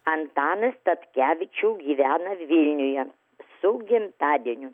antaną statkevičių gyvena vilniuje su gimtadieniu